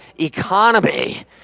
economy